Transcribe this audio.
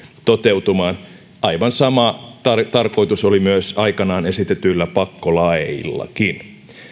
toteutumaan aivan sama tarkoitus oli myös aikanaan esitetyillä pakkolaeillakin